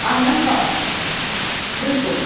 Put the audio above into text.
اہَن حَظ آ بِلکُل